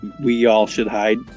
we-all-should-hide